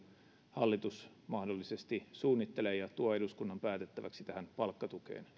hallitus mahdollisesti suunnittelee ja tuo eduskunnan päätettäväksi tähän palkkatukeen